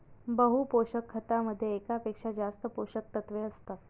बहु पोषक खतामध्ये एकापेक्षा जास्त पोषकतत्वे असतात